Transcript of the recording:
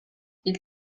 ils